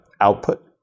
output